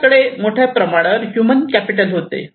त्याच्याकडे मोठ्या प्रमाणावर ह्यूमन कॅपिटल होते